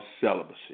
celibacy